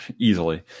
easily